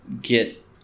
get